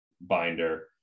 binder